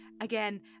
again